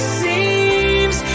seems